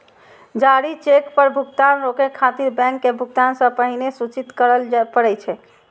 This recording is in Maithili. जारी चेक पर भुगतान रोकै खातिर बैंक के भुगतान सं पहिने सूचित करय पड़ै छै